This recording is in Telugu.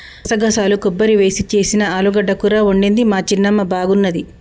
గసగసాలు కొబ్బరి వేసి చేసిన ఆలుగడ్డ కూర వండింది మా చిన్నమ్మ బాగున్నది